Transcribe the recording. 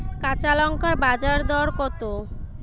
কাঁচা লঙ্কার বাজার দর কত?